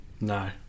No